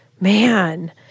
man